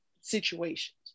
situations